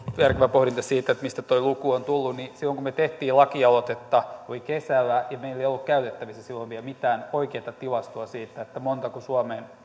pohdintaan siitä mistä tuo luku on tullut silloin kun me teimme lakialoitetta oli kesä ja meillä ei ollut käytettävissä silloin vielä mitään oikeata tilastoa siitä montako suomeen